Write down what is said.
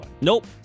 Nope